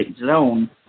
zone